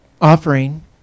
offering